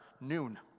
noon